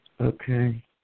Okay